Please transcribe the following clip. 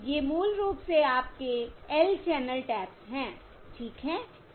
ये मूल रूप से आपके L चैनल टैप्स हैं ठीक है